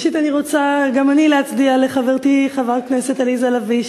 ראשית אני רוצה גם אני להצדיע לחברתי חברת הכנסת עליזה לביא,